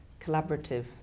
collaborative